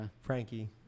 Frankie